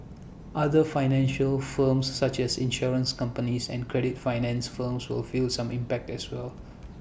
other financial firms such as insurance companies and credit finance firms will feel some impact as well